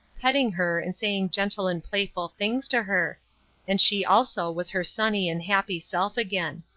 petting her, and saying gentle and playful things to her and she also was her sunny and happy self again.